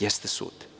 jeste sud.